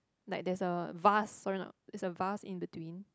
like there's a vase sorry not is a vase in between